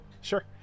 Sure